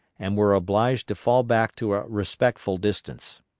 and were obliged to fall back to a respectful distance.